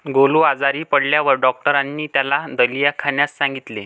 गोलू आजारी पडल्यावर डॉक्टरांनी त्याला दलिया खाण्यास सांगितले